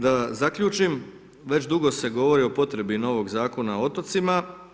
Da zaključim, već dugo se govori o potrebi novog Zakona o otocima.